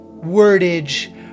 wordage